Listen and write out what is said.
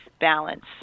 balance